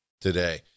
today